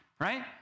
right